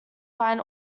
find